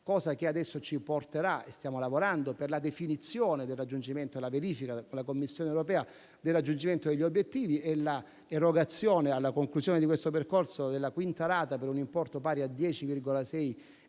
anno. Questo ci porterà ora, e vi stiamo lavorando, alla definizione della verifica con la Commissione europea del raggiungimento degli obiettivi e all'erogazione, alla conclusione di questo percorso, della quinta rata, per un importo pari a 10,6 miliardi